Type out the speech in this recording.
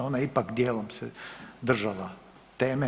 Ona ipak dijelom se držala teme.